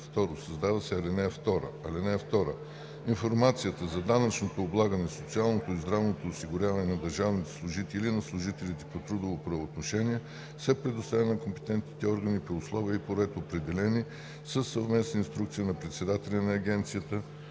1. 2. Създава се ал. 2: „(2) Информацията за данъчното облагане, социалното и здравното осигуряване на държавните служители и на служителите по трудово правоотношение, се предоставя на компетентните органи при условия и по ред, определени със съвместна инструкция на председателя на Агенцията,